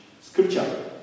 scripture